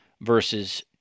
versus